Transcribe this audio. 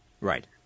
right